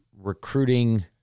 recruiting